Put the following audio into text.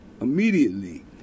immediately